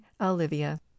Olivia